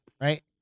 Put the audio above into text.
Right